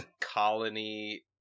colony